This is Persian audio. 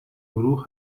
گروه